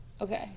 Okay